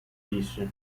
disse